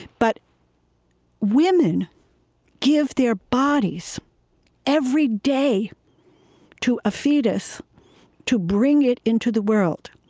but women give their bodies every day to a fetus to bring it into the world.